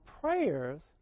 prayers